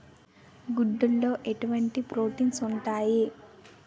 గుడ్లు లో ఎటువంటి ప్రోటీన్స్ ఉంటాయి?